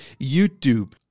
YouTube